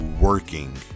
working